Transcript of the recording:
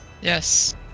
Yes